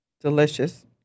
Delicious